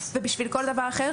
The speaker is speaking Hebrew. ובשביל כל דבר אחר,